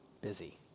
busy